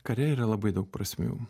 kare yra labai daug prasmių